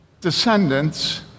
descendants